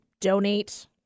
donate